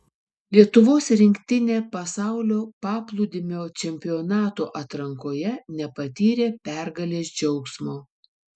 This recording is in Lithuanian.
lietuvos rinktinė pasaulio paplūdimio čempionato atrankoje nepatyrė pergalės džiaugsmo